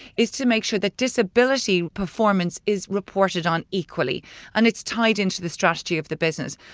is to make sure that disability performance is reported on equally and it's tied into the strategy of the business.